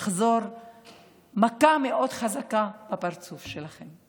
תחזור כמכה מאוד חזקה בפרצוף שלכם.